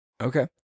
Okay